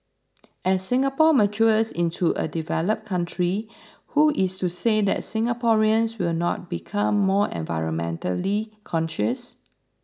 as Singapore matures into a developed country who is to say that Singaporeans will not become more environmentally conscious